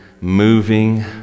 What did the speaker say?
moving